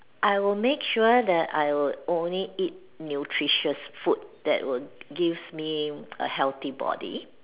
I will make sure that I will only eat nutritious food that will give me a healthy body